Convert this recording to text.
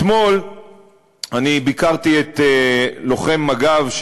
אתמול אני ביקרתי את לוחם מג"ב,